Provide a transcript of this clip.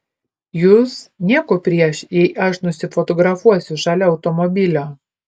jus nieko prieš jei aš nusifotografuosiu šalia automobilio